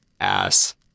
ass